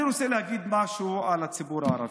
אני רוצה להגיד משהו על הציבור הערבי.